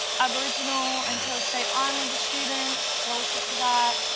aboriginal and torres strait islander students, scholarship for that.